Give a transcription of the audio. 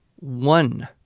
one